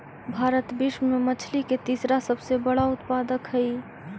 भारत विश्व में मछली के तीसरा सबसे बड़ा उत्पादक हई